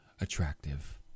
attractive